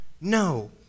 No